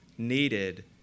needed